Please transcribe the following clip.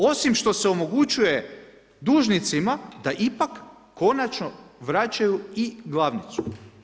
Osim što se omogućuje dužnicima da ipak konačno vraćaju i glavnicu.